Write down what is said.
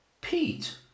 Pete